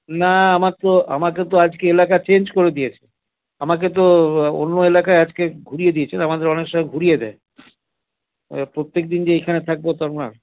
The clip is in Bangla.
না আমার তো আমাকে তো আজকে এলাকা চেঞ্জ করে দিয়েছে আমাকে তো অন্য এলাকায় আজকে ঘুরিয়ে দিয়েছে না আমাদের অনেক সময় ঘুরিয়ে দেয় প্রত্যেক দিন যে এখানে থাকব তা না